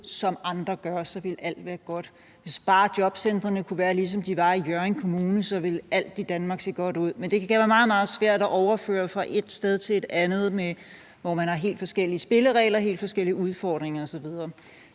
som andre gør, så ville alt være godt. Hvis bare jobcentrene kunne være, ligesom de var i Hjørring Kommune, ville alt i Danmark se godt ud. Men det kan være meget, meget svært at overføre noget fra et sted til et andet, hvor man har helt forskellige spilleregler og helt forskellige udfordringer osv.